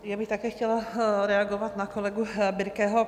Já bych také chtěla reagovat na kolegu Birkeho.